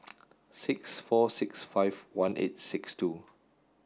six four six five one eight six two